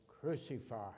crucified